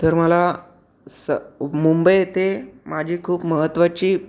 तर मला स मुंबई येथे माझी खूप महत्त्वाची